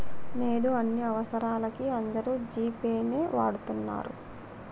నేడు అన్ని అవసరాలకీ అందరూ జీ పే నే వాడతన్నరు